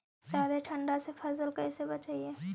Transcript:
जादे ठंडा से फसल कैसे बचइबै?